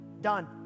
done